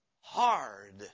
hard